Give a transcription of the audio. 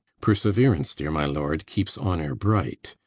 perseverance, dear my lord, keeps honour bright.